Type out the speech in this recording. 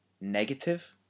negative